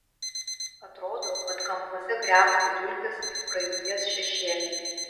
atrodo kad kampuose krebžda dulkės ir praeities šešėliai